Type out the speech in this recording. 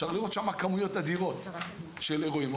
אפשר לראות שם כמויות אדירות של אירועים.